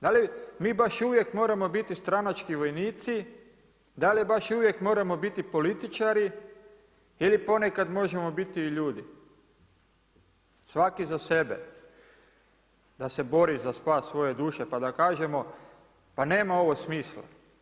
Da li mi baš uvijek moramo bit stranački vojnici, da li baš uvijek moramo biti političari ili ponekad možemo biti i ljudi svaki za sebe da se bori za spas svoje duše pa da kažemo pa nema ovo smisla.